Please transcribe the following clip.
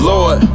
Lord